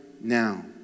now